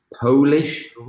Polish